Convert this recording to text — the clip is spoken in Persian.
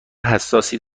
حساسی